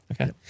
Okay